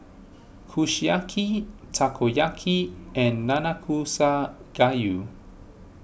Kushiyaki Takoyaki and Nanakusa Gayu